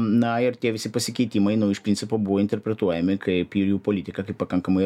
na ir tie visi pasikeitimai nu iš principo buvo interpretuojami kaip ir jų politika kaip pakankamai